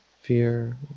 fear